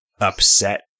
upset